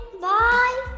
Bye